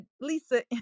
Lisa